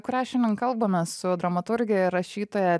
kurią šiandien kalbamės su dramaturge ir rašytoja